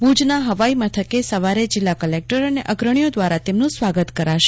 ભુજના હવાઈ મથકે સવારે જિલ્લા કલેકટર અને અગ્રણીઓ દ્વારા તેમનું સ્વાગત કરાશે